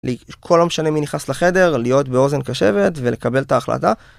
לי.. כל לא משנה מי נכנס לחדר, להיות באוזן קשבת ולקבל את ההחלטה.